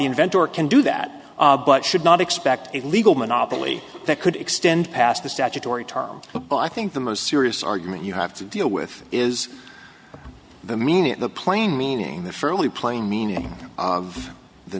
inventor can do that but should not expect a legal monopoly that could extend past the statutory term but i think the most serious argument you have to deal with is the meaning of the plain meaning the fairly plain meaning of the